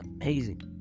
amazing